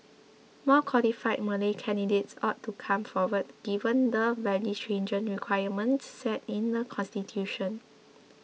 more qualified Malay candidates ought to come forward given the very stringent requirements set in the constitution